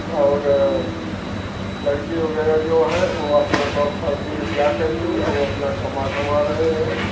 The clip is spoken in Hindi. और लड़की वगैरह जो हैं वो अपना प्रदेश जा करके और वो अपना कमा धमा रहे हैं